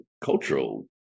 cultural